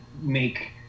make